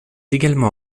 également